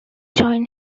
join